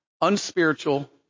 unspiritual